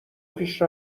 پیش